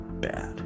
bad